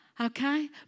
Okay